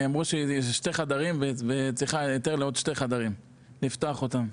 אמרו שזה שתי חדרים והיא צריכה היתר לעוד שני חדרים לפתוח אותם.